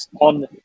on